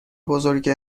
بزرگه